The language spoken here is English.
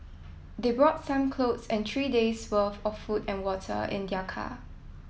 they brought some clothes and three days' worth of food and water in their car